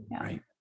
Right